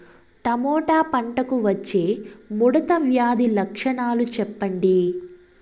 Tomato పంటకు వచ్చే ముడత వ్యాధి లక్షణాలు చెప్పండి?